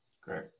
Great